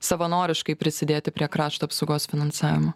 savanoriškai prisidėti prie krašto apsaugos finansavimo